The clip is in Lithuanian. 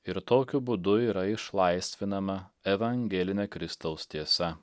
ir tokiu būdu yra išlaisvinama evangelinė kristaus tiesa